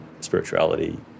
spirituality